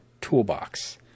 toolbox